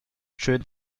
schön